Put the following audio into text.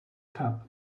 cup